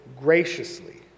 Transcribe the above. graciously